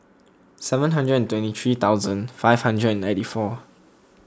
seven hundred and twenty three thousand five hundred and ninety four